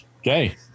Okay